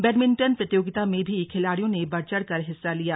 badminton प्रतियोगिता में भी खिलाड़ियों ने बढ़ चढ़कर हिस्सा लिया